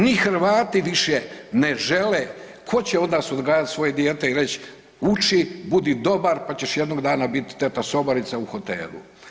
Ni Hrvati više ne žele, tko će od nas odgajati svoje dijete i reći, uči, budi dobar pa ćeš jednog dana biti teta sobarica u hotelu.